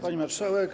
Pani Marszałek!